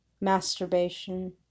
masturbation